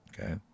okay